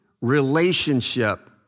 relationship